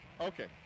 Okay